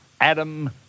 Adam